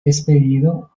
despedido